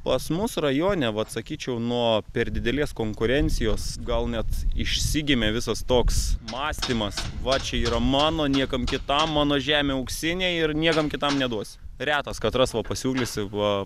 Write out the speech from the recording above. pas mus rajone vat sakyčiau nuo per didelės konkurencijos gal net išsigimė visas toks mąstymas va čia yra mano niekam kitam mano žemė auksinė ir niekam kitam neduos retas katras va pasiūlys va